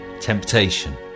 Temptation